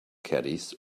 caddies